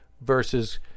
versus